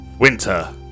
Winter